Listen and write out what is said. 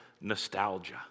nostalgia